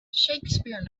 shakespeare